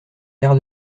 quart